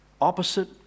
opposite